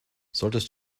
solltest